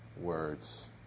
words